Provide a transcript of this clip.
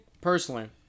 personally